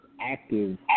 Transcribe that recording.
Active